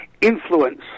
influence